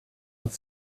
und